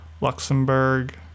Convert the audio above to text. Luxembourg